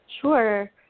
Sure